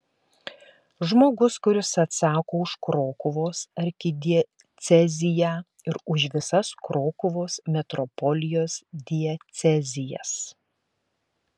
žmogus kuris atsako už krokuvos arkidieceziją ir už visas krokuvos metropolijos diecezijas